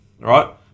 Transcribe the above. Right